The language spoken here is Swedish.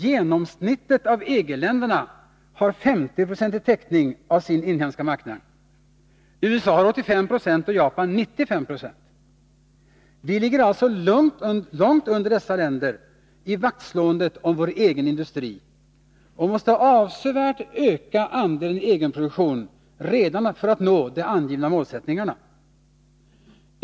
Genomsnittet av EG-länderna har 50-procentig täckning av sin inhemska marknad. USA har ca 85 Yo och Japan ca 95 20 täckning. Vi ligger alltså långt under dessa länder i vaktslåendet om vår egen industri och måste avsevärt öka andelen egenproduktion redan för att nå de angivna målsättningarna.